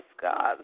God